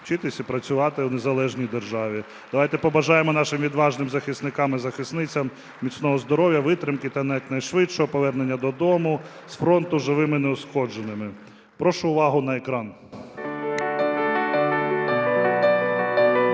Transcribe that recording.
вчитись і працювати в незалежній державі. Давайте побажаємо нашим відважним захисникам і захисницям міцного здоров'я, витримки та якнайшвидшого повернення додому з фронту живими і неушкодженими. Прошу увагу на екран.